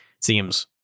seems